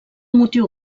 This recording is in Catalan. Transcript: motiu